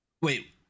Wait